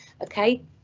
okay